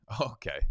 Okay